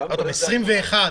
17 ו-21.